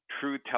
true